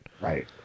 right